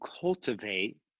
cultivate